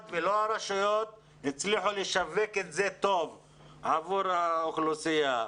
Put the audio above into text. ולא הרשויות הצליחו לשווק את זה טוב עבור האוכלוסייה,